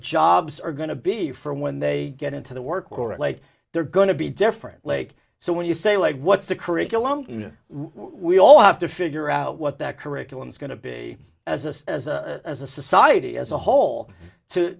jobs are going to be for when they get into the work or late they're going to be different like so when you say like what's the curriculum can we all have to figure out what that curriculum is going to be as a as a society as a whole to